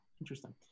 Interesting